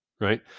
right